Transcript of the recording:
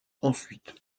ensuite